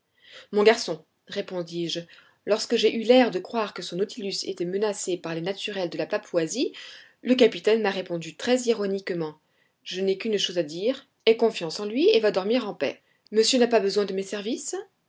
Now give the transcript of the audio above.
mon garçon répondis-je lorsque j'ai eu l'air de croire que son nautilus était menace par les naturels de la papouasie le capitaine m'a répondu très ironiquement je n'ai donc qu'une chose à dire aie confiance en lui et va dormir en paix monsieur n'a pas besoin de mes services